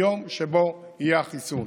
ליום שבו יהיה החיסון.